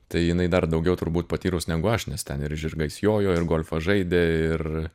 tai jinai dar daugiau turbūt patyrus negu aš nes ten ir žirgais jojo ir golfą žaidė ir